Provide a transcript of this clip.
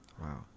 Wow